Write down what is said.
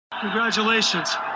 Congratulations